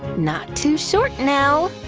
not too short now,